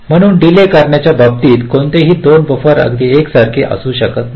म्हणून डीले करण्याच्या बाबतीत कोणताही 2 बफर अगदी एकसारखे असू शकत नाही